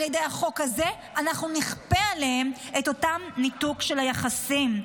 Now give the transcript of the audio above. על ידי החוק הזה אנחנו נכפה עליהם את אותו ניתוק של היחסים.